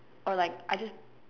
or like I just